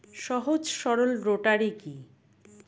সহজ সরল রোটারি কি?